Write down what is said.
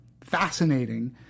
fascinating